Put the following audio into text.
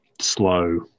slow